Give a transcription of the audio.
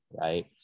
right